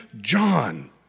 John